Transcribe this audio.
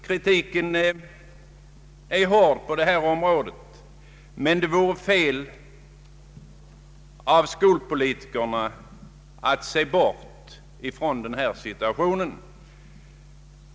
Kritiken är hård på detta område, men det vore fel av skolpolitikerna att bortse från den situation som jag här har talat om.